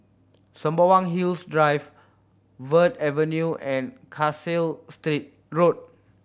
Sembawang Hills Drive Verde Avenue and Kasai State Road